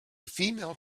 female